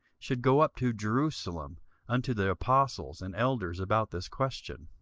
should go up to jerusalem unto the apostles and elders about this question.